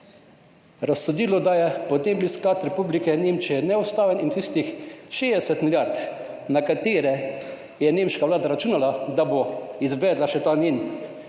razsodilo, da je podnebni sklad Republike Nemčije neustaven in tistih 60 milijard, na katere je nemška vlada računala, da bo izvedla še ta svoj